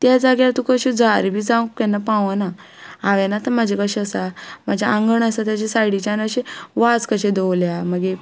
त्या जाग्यार तुका अश्यो जळारी बी जावं केन्ना पावना हांवें आतां म्हजें कशें आसा म्हजें आंगण आसा ताज्या सायडीच्यान अशे वाज कशे दवरल्या मागीर